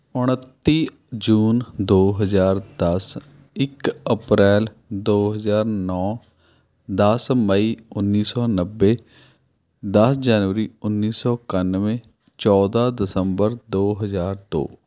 ਉਨੱਤੀ ਜੂਨ ਦੋ ਹਜ਼ਾਰ ਦਸ ਇੱਕ ਅਪ੍ਰੈਲ ਦੋ ਹਜ਼ਾਰ ਨੌ ਦਸ ਮਈ ਉੱਨੀ ਸੌ ਨੱਬੇ ਦਸ ਜਨਵਰੀ ਉੱਨੀ ਸੌ ਇਕਾਨਵੇਂ ਚੌਦ੍ਹਾਂ ਦਸੰਬਰ ਦੋ ਹਜ਼ਾਰ ਦੋ